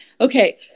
Okay